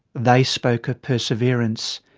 they spoke of perseverance,